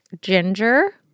ginger